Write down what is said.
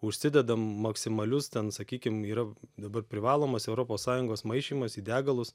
užsidedam maksimalius ten sakykim yra dabar privalomas europos sąjungos maišymas į degalus